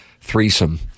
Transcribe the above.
threesome